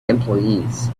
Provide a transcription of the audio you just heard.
employees